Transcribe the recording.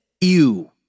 ew